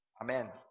Amen